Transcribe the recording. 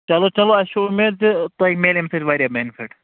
چَلو چَلو اَسہِ چھِ اُمید زِ تۄہہِ میلہِ اَمہِ سۭتۍ واریاہ بٮ۪نِفِٹ